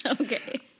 Okay